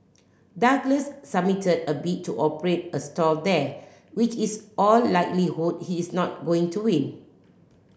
Douglas submitted a bid to operate a stall there which is all likelihood he is not going to win